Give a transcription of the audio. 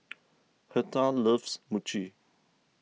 Hertha loves Mochi